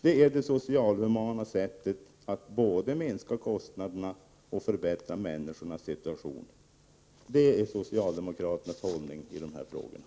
Det är det social-humana sättet att både minska kostnaderna och förbättra människors situation.” Det är socialdemokraternas hållning i de här frågorna.